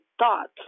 thoughts